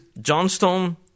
Johnstone